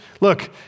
Look